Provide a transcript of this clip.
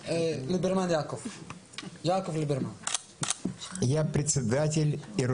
ליברמן, אני ראש האגודה